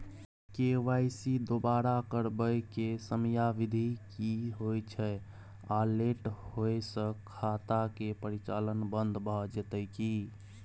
KYC दोबारा करबै के समयावधि की होय छै आ लेट होय स खाता के परिचालन बन्द भ जेतै की?